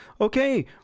okay